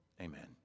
Amen